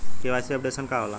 KYC updation का होला?